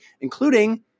including